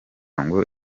ngo